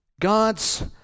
god's